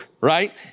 right